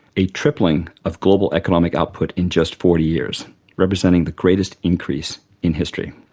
a tripling of global economic output in just forty years representing the greatest increase in history.